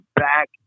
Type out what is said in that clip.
back